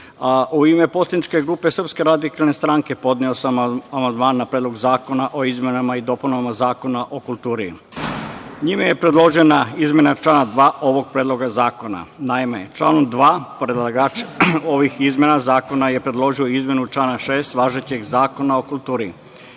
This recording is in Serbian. u ime poslaničke grupe SRS podneo sam amandman na Predlog zakona o izmenama i dopunama Zakona o kulturi. Njime je predložena izmena člana 2. ovog Predloga zakona. Naime, članom 2. predlagač ovih izmena zakona je predložio izmenu zakona člana 6. važećeg Zakona o kulturi.